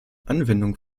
anwendung